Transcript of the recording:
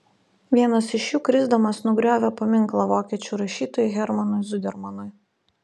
vienas iš jų krisdamas nugriovė paminklą vokiečių rašytojui hermanui zudermanui